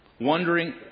wondering